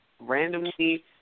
randomly